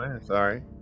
Sorry